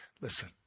listen